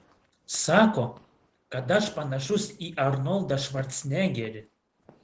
sako kad aš panašus į arnoldą švarcnegerį